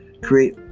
create